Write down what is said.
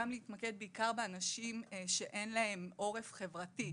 גם להתמקד בעיקר באנשים שאין להם עורף חברתי,